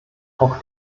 auch